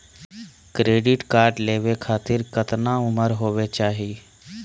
Credit card लेवे खातीर कतना उम्र होवे चाही?